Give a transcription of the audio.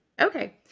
Okay